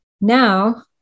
Now